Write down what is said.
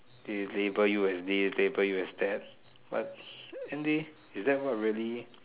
they label you as this label you as that but end day is that what really